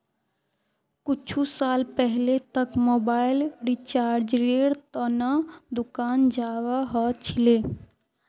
कुछु साल पहले तक मोबाइल रिचार्जेर त न दुकान जाबा ह छिले